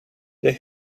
they